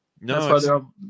No